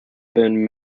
been